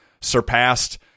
surpassed